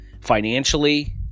Financially